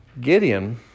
Gideon